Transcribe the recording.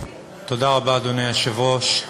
תודה רבה, אדוני היושב-ראש.